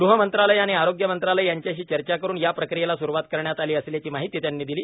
गृह मंत्रालय आणि आरोग्य मंत्रालय यांच्याशी चर्चा करून या प्रक्रियेला स्रुवात करण्यात आली असल्याची माहिती त्यांनी दिली